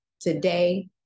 today